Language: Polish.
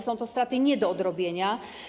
Są to straty nie do odrobienia.